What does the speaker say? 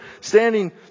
standing